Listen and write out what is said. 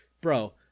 bro